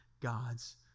God's